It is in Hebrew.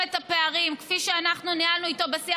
את הפערים כפי שאנחנו ניהלנו איתו בשיח,